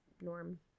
norm